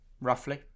roughly